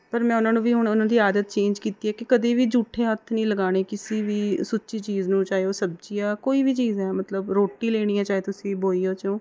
ਪਰ ਮੈਂ ਉਹਨਾਂ ਨੂੰ ਵੀ ਹੁਣ ਉਨ੍ਹਾਂ ਦੀ ਆਦਤ ਚੇਂਜ ਕੀਤੀ ਹੈ ਕਿ ਕਦੀ ਵੀ ਜੂਠੇ ਹੱਥ ਨਹੀਂ ਲਗਾਉਣੇ ਕਿਸੀ ਵੀ ਸੁੱਚੀ ਚੀਜ਼ ਨੂੰ ਚਾਹੇ ਉਹ ਸਬਜ਼ੀ ਹੈ ਕੋਈ ਵੀ ਚੀਜ਼ ਹੈ ਮਤਲਬ ਰੋਟੀ ਲੈਣੀ ਹੈ ਚਾਹੇ ਤੁਸੀਂ ਬੋਈਏ 'ਚੋਂ